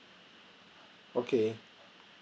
okay